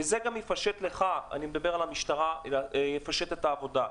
וזה גם יפשט לך אני מדבר אל המשטרה יפשט את העבודה.